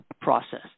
process